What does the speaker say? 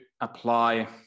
apply